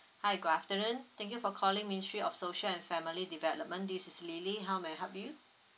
hi good afternoon thank you for calling ministry of social and family development this is lily how may I help you